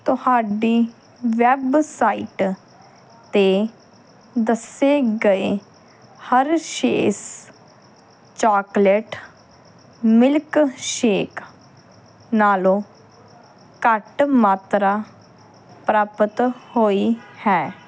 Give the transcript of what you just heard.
ਤੁਹਾਡੀ ਵੈੱਬਸਾਈਟ 'ਤੇ ਦੱਸੇ ਗਏ ਹਰਸ਼ੇਸ ਚਾਕਲੇਟ ਮਿਲਕ ਸ਼ੇਕ ਨਾਲੋਂ ਘੱਟ ਮਾਤਰਾ ਪ੍ਰਾਪਤ ਹੋਈ ਹੈ